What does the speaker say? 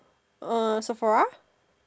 uh sephora